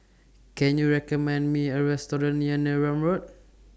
Can YOU recommend Me A Restaurant near Neram Road